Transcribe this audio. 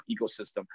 ecosystem